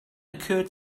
occurred